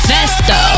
Festo